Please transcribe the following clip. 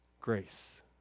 Grace